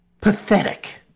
pathetic